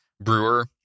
brewer